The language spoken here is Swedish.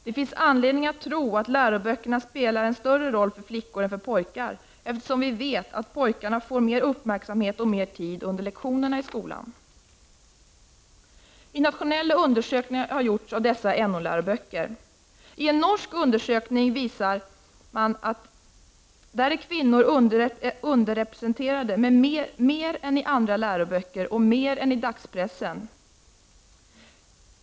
Det finns anledning att tro att läroböckerna spelar en större roll för flickor än för pojkar, eftersom vi vet att pojkarna får mer uppmärksamhet och mer tid under lektionerna i skolan. Internationella undersökningar har gjorts av dessa NO-läroböcker. I en norsk undersökning visar man att kvinnor är underrepresenterade i dessa böcker mer än i andra läroböcker och mer än i dagspressen.